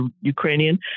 ukrainian